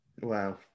Wow